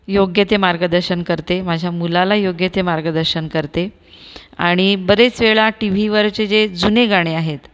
योग्य ते मार्गदर्शन करते माझ्या मुलाला योग्य ते मार्गदर्शन करते आणि बरेच वेळा टी व्हीवरचे जे जुने गाणे आहेत